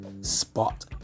spot